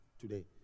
today